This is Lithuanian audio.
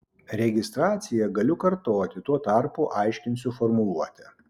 registraciją galiu kartoti tuo tarpu aiškinsiu formuluotę